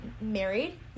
married